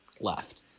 left